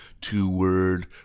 two-word